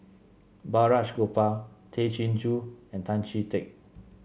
Balraj Gopal Tay Chin Joo and Tan Chee Teck